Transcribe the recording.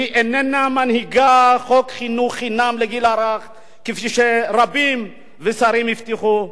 היא איננה מנהיגה חוק חינוך חינם לגיל הרך כפי שרבים ושרים הבטיחו.